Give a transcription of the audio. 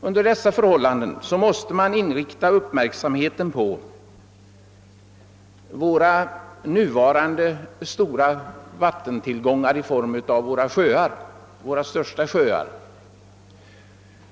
Under dessa förhållanden måste uppmärksamheten inriktas på våra nuva rande stora vattentillgångar, nämligen våra största sjöar.